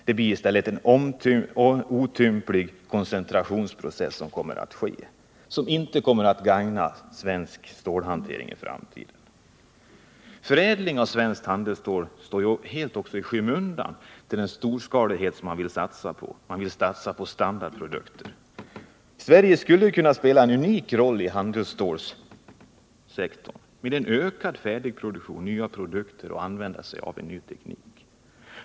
Det blir i stället en otymplig koncentrationsprocess, som inte kommer att gagna svensk stålhantering i framtiden. Förädling av svenskt handelsstål står också helt i skymundan i samband med den storskalighet som man vill satsa på; man vill ju inrikta sig på standardprodukter. Sverige skulle kunna spela en unik roll inom handelsstålssektorn med en ökad färdigproduktion, nya produkter och ny teknik.